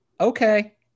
Okay